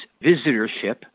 visitorship